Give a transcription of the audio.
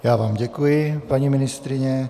Já vám děkuji, paní ministryně.